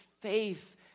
Faith